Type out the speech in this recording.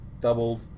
doubled